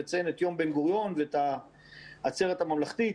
לציין את יום בן גוריון ואת העצרת הממלכתית.